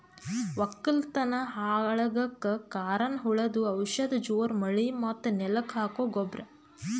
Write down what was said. ವಕ್ಕಲತನ್ ಹಾಳಗಕ್ ಕಾರಣ್ ಹುಳದು ಔಷಧ ಜೋರ್ ಮಳಿ ಮತ್ತ್ ನೆಲಕ್ ಹಾಕೊ ಗೊಬ್ರ